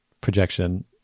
projection